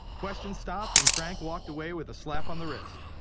questions stopped and frank walked away with a slap on the wrist.